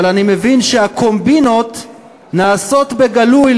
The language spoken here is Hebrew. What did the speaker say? אבל אני מבין שהקומבינות נעשות בגלוי,